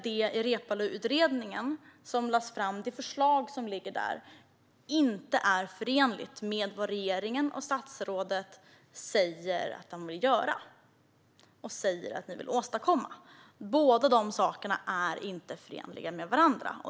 Det förslag som lades fram av utredningen är inte förenligt med vad regeringen och statsrådet säger att de vill göra. Dessa båda är inte förenliga med varandra.